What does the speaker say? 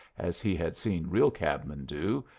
as he had seen real cabmen do,